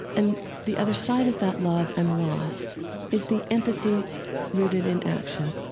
and the other side of that love and loss is the empathy rooted in action,